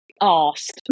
asked